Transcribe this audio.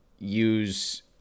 use